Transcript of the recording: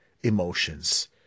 emotions